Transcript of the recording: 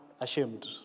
ashamed